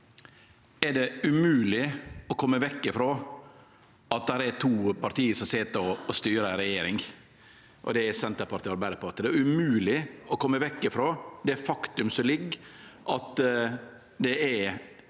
Det er umogleg å kome vekk ifrå at det er to parti som sit og styrer regjeringa, og det er Senterpartiet og Arbeidarpartiet. Det er umogleg å kome vekk ifrå det faktumet at det er